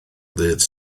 ddydd